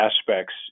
aspects